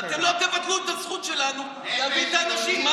ואתם לא תבטלו את הזכות שלנו להביא את האנשים.